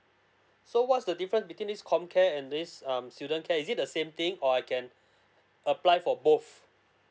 so what's the difference between this comcare and this um student care is it the same thing or I can apply for both